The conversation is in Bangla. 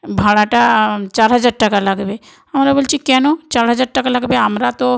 ভাড়াটা চার হাজার টাকা লাগবে আমরা বলছি কেন চার হাজার টাকা লাগবে আমরা তো